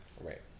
Right